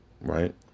Right